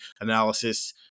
analysis